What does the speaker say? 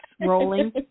rolling